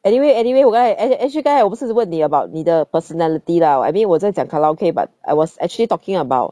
anyway anyway 我刚才 actually actually 刚才我不是问你 about 你的 personality lah I mean 我在讲 karaoke but I was actually talking about